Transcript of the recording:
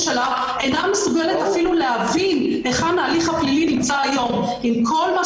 שלה אינה מסוגלת אפילו להבין היכן ההליך הפלילי נמצא היום?